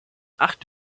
acht